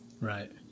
Right